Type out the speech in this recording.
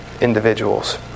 individuals